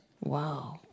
Wow